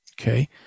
okay